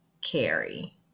carry